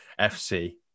FC